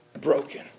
broken